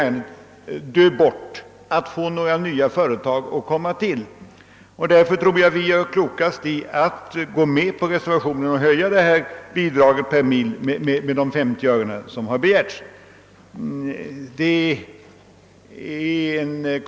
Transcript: Vi skulle även förhindra nya företag att komma till. Därför är det klokast att gå med på reservationen och höja bidraget per mil med de 50 öre som har begärts.